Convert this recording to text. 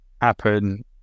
happen